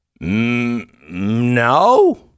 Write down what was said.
No